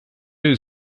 new